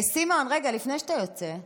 סימון, רגע, לפני שאתה יוצא.